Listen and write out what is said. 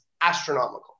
astronomical